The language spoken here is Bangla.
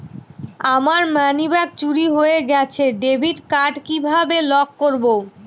আমার মানিব্যাগ চুরি হয়ে গেলে ডেবিট কার্ড কিভাবে লক করব?